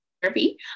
therapy